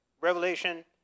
Revelation